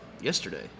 yesterday